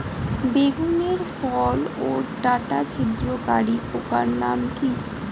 বেগুনের ফল ওর ডাটা ছিদ্রকারী পোকার নাম কি?